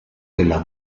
della